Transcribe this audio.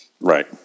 Right